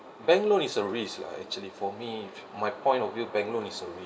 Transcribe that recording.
bank loan is a risk lah actually for me my point of view bank loan is a risk